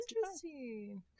Interesting